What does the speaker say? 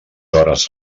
hores